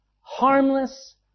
harmless